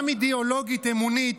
גם אידיאולוגית-אמונית,